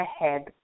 ahead